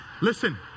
listen